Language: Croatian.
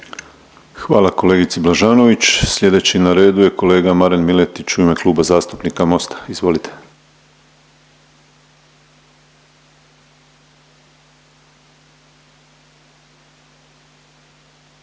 Hvala kolegici Mujkić. Sljedeći na redu je kolega Marin Miletić u ime Kluba zastupnika Mosta. Izvolite.